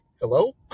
Hello